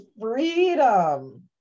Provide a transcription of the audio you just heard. freedom